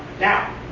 Now